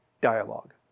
Dialogue